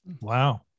Wow